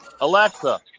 Alexa